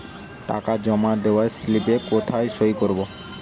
টাকা জমা দেওয়ার স্লিপে কোথায় সই করব?